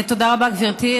תודה רבה, גברתי.